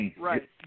right